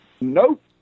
Nope